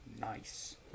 Nice